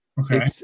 Okay